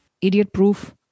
idiot-proof